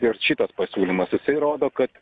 ir šitas pasiūlymas jisai rodo kad